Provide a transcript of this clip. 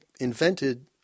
invented